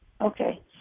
Okay